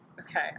Okay